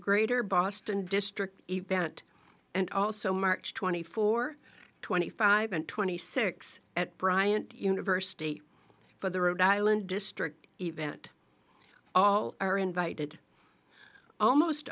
greater boston district event and also march twenty four twenty five and twenty six at bryant university for the rhode island district event all are invited almost